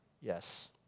Yes